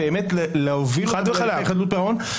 להוביל אותם --- חדלות פירעון.